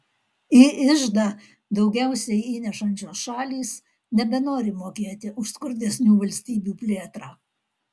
į iždą daugiausiai įnešančios šalys nebenori mokėti už skurdesnių valstybių plėtrą